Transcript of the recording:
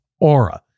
Aura